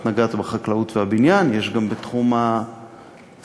את נגעת בחקלאות והבניין, יש גם בתחום הסיעוד,